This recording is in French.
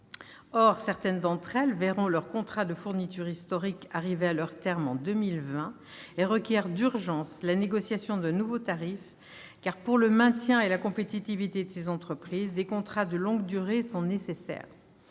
Or certaines d'entre elles verront leur contrat de fourniture historique arriver à terme en 2020, ce qui rend urgente la négociation d'un nouveau tarif, car, pour le maintien et la compétitivité de ces entreprises, des contrats de longue durée sont nécessaires.